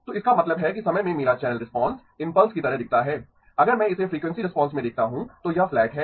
तो इसका मतलब है कि समय में मेरा चैनल रिस्पांस इम्पल्स की तरह दिखता है अगर मैं इसे फ्रीक्वेंसी रिस्पांस में देखता हूं तो यह फ्लैट है